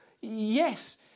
yes